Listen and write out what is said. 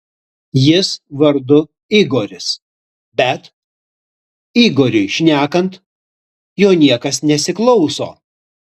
jis vardu igoris bet igoriui šnekant jo niekas nesiklauso